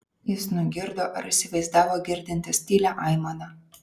jis nugirdo ar įsivaizdavo girdintis tylią aimaną